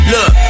Look